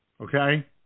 okay